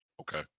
Okay